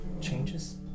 changes